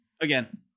again